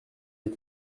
des